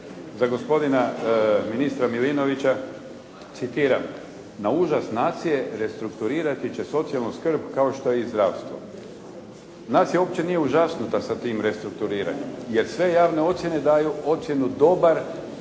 Za gospodina ministra Milinovića citiram: "Na užas nacije restrukturirat će socijalnu skrb kao što je i zdravstvo.". Nacija uopće nije užasnuta sa tim restrukturiranjem jer sve javne ocjene daju ocjenu dobar